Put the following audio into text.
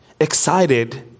excited